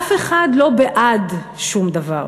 אף אחד לא בעד שום דבר,